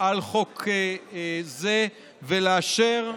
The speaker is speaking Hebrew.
על חוק זה ולאשר,